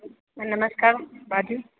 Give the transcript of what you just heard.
नमस्कार बाजू